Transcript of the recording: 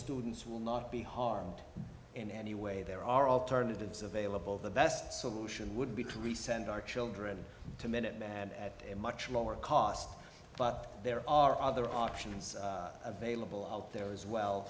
students will not be harmed in any way there are alternatives available the best solution would be to rescind our children to minute at a much lower cost but there are other options available out there as well